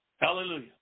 Hallelujah